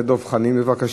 חבר הכנסת דב חנין, בבקשה.